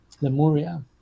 Lemuria